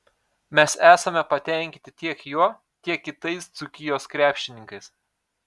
mes esame patenkinti tiek juo tiek kitais dzūkijos krepšininkais